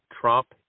trump